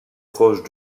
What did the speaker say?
proche